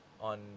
on